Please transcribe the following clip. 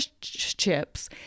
chips